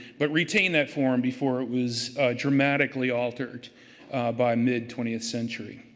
but retain that form before it was dramatically altered by mid twentieth century.